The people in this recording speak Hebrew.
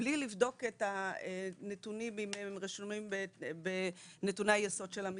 בלי לבדוק את הנתונים אם הם רשומים בנתוני היסוד של המשרד,